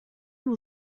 will